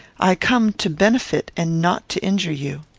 i come to benefit and not to injure you.